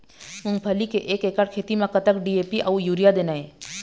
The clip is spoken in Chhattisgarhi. मूंगफली के एक एकड़ खेती म कतक डी.ए.पी अउ यूरिया देना ये?